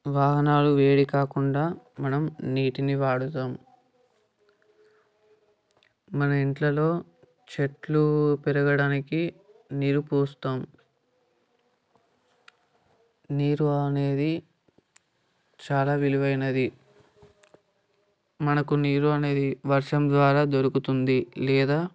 వాహనాలు వేడి కాకుండా మనం నీటిని వాడుతాము మన ఇళ్ళలో చెట్లు పెరగడానికి నీరు పోస్తాము నీరు అనేది చాలా విలువైనది మనకు నీరు అనేది వర్షం ద్వారా దొరుకుతుంది లేదా